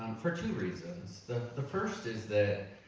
um for two reasons. the the first is that,